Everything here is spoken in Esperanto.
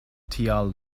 tial